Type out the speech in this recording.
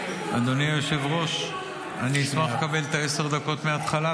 אני מכיר את הכללים,